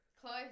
Close